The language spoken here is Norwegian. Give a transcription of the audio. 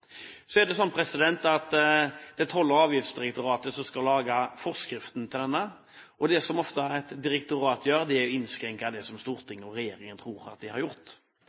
Det er Toll- og avgiftsdirektoratet som skal lage forskriften til dette, og det som ofte et direktorat gjør, er å innskrenke det som Stortinget og regjeringen tror at de har gjort.